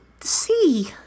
see